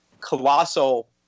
colossal